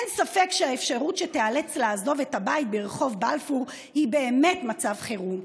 אין ספק שהאפשרות שתיאלץ לעזוב את הבית ברחוב בלפור היא באמת מצב חירום,